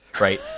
Right